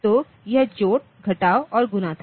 तो यह जोड़ घटाव और गुणा था